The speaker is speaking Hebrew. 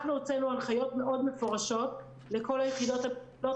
אנחנו הוצאנו הנחיות מאוד מפורשות לכל היחידות המטפלות